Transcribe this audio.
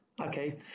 Okay